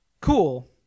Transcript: cool